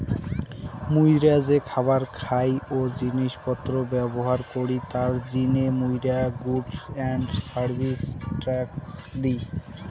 মুইরা যে খাবার খাই ও জিনিস পত্র ব্যবহার করি তার জিনে মুইরা goods and service tax the